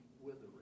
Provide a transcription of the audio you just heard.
withering